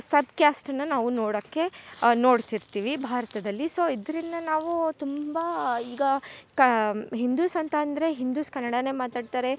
ಸಬ್ ಕ್ಯಾಸ್ಟನ್ನು ನಾವು ನೋಡೋಕ್ಕೆ ನೋಡ್ತಿರ್ತಿವಿ ಭಾರತದಲ್ಲಿ ಸೊ ಇದರಿಂದ ನಾವೂ ತುಂಬ ಈಗ ಕಾ ಹಿಂದುಸ್ ಅಂತ ಅಂದರೆ ಹಿಂದುಸ್ ಕನ್ನಡನೆ ಮಾತಾಡ್ತಾರೆ